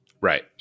Right